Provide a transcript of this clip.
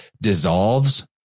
dissolves